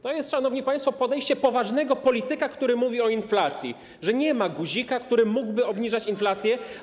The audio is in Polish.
To jest, szanowni państwo, podejście poważnego polityka, który mówi o inflacji - powiedzieć, że nie ma guzika, którym mógłby obniżyć inflację.